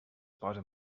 posen